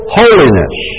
holiness